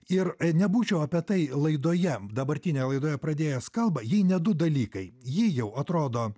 ir nebūčiau apie tai laidoje dabartinėj laidoje pradėjęs kalba jei ne du dalykai jį jau atrodo